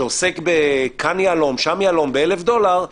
שעוסק כאן ביהלום ושם ביהלום ב-1,000 דולר,